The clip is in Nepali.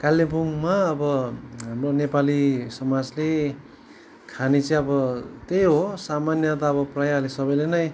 कालिम्पोङमा अब हाम्रो नेपाली समाजले खाने चाहिँ अब त्यही हो सामान्य त अब प्रायःले सबैले नै